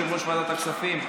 יושב-ראש ועדת הכספים,